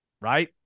right